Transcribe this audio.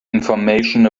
information